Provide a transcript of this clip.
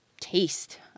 taste